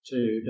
Two